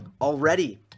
Already